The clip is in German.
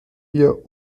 ihr